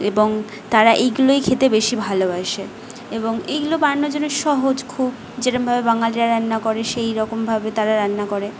এবং তারা এইগুলোই খেতে বেশি ভালোবাসে এবং এইগুলো বানানোর জন্য সহজ খুব যেরমভাবে বাঙালিরা রান্না করে সেইরকমভাবে তারা রান্না করে